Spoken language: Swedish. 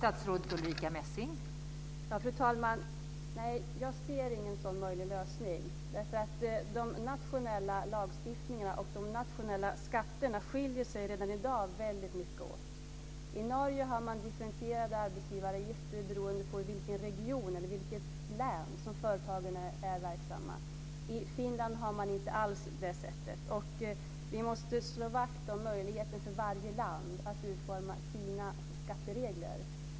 Fru talman! Nej, jag ser inte någon sådan möjlig lösning. De nationella lagstiftningarna och nationella skatterna skiljer sig redan i dag väldigt mycket åt. I Norge har man differentierade arbetsgivaravgifter beroende på i vilken region eller i vilket län som företagen är verksamma. I Finland har man inte alls det sättet. Vi måste slå vakt om möjligheten för varje land att utforma sina skatteregler.